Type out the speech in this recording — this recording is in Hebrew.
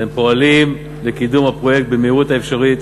הם פועלים לקידום הפרויקט במהירות האפשרית,